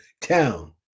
town